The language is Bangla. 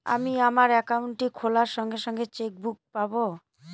আমি আমার একাউন্টটি খোলার সঙ্গে সঙ্গে চেক বুক পাবো?